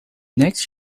next